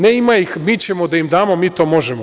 Ne ima ih, mi ćemo da im damo, mi to možemo.